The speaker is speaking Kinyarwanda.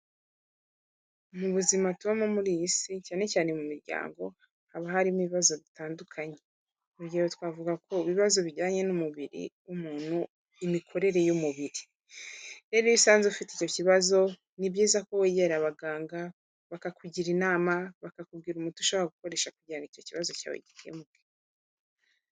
Mu buzima tubamo muri iyi si cyane cyane, mu miryango haba harimo ibibazo bitandukanye urugero twavuga ko bibazo bijyanye n'umubiri w'umuntu imikorere y'umubiri. Rero iyo usanzweze ufite icyo kibazo ni byiza ko wegera abaganga bakakugira inama bakakubwira umuti ushaka gukoresha kugira icyo kibazo cya gikemuke.